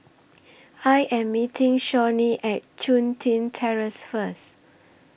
I Am meeting Shawnee At Chun Tin Terrace First